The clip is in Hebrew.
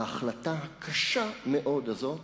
ההחלטה הקשה מאוד הזאת